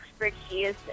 expertise